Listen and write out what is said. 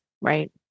Right